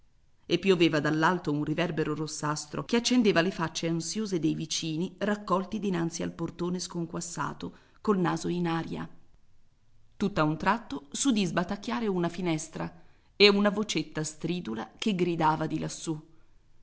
e pioveva dall'alto un riverbero rossastro che accendeva le facce ansiose dei vicini raccolti dinanzi al portone sconquassato col naso in aria tutt'a un tratto si udì sbatacchiare una finestra e una vocetta stridula che gridava di lassù